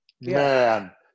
Man